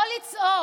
לא לצעוק.